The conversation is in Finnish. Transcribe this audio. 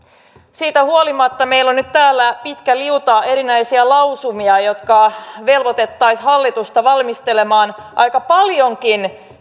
siitä huolimatta meillä on nyt täällä pitkä liuta erinäisiä lausumia jotka velvoittaisivat hallitusta valmistelemaan aika paljonkin